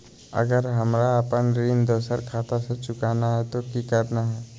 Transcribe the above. अगर हमरा अपन ऋण दोसर खाता से चुकाना है तो कि करना है?